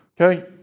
Okay